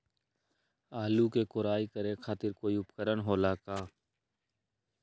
आलू के कोराई करे खातिर कोई उपकरण हो खेला का?